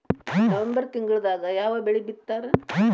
November ತಿಂಗಳದಾಗ ಯಾವ ಬೆಳಿ ಬಿತ್ತತಾರ?